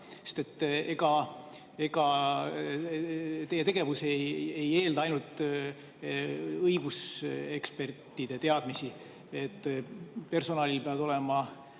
ega teie tegevus ei eelda ainult õigusekspertide teadmisi, personalil peavad olema